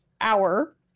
hour